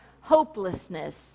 hopelessness